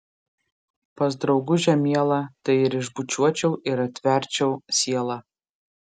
pas draugužę mielą tai ir išbučiuočiau ir atverčiau sielą